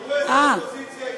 תראו איזה אופוזיציה עניינית.